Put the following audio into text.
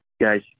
Guys